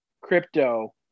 crypto